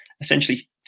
essentially